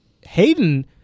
Hayden